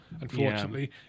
Unfortunately